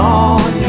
on